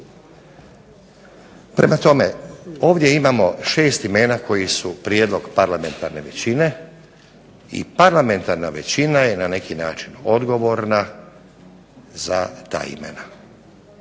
Prema tome ovdje imamo 6 imena koji su prijedlog parlamentarne većine, i parlamentarna većina je na neki način odgovorna za ta imena.